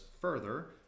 further